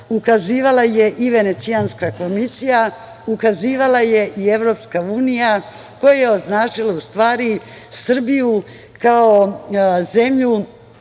ukazivala je i Venecijanska komisija, ukazivala je i Evropska unija koja je označila Srbiju kao zemlju